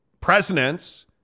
presidents